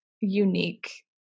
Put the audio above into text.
unique